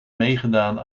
meegedaan